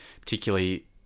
particularly